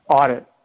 audit